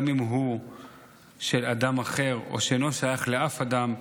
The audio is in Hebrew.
גם אם הוא של אדם אחר או שאינו שייך לאף אדם,